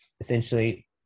Essentially